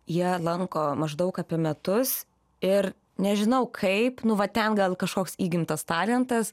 jie lanko maždaug apie metus ir nežinau kaip nu va ten gal kažkoks įgimtas talentas